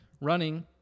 running